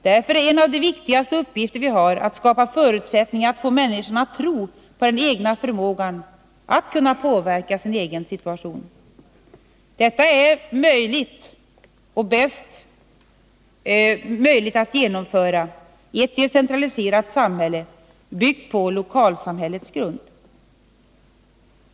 Därför är en av de viktigaste uppgifterna vi har att skapa förutsättningar för människan att kunna tro på den egna förmågan att påverka sin egen situation. Detta är möjligt att genomföra i ett decentraliserat samhälle, byggt på lokalsamhällets grund.